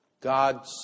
God